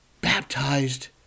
baptized